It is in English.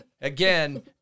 Again